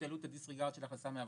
העלו את הדיסריגרד של הכנסה מעבודה.